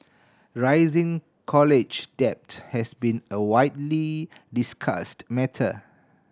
rising college debt has been a widely discussed matter